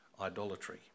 idolatry